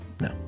No